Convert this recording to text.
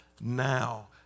now